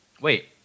Wait